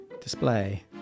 display